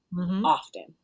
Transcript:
Often